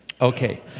Okay